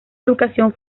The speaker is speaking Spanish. educación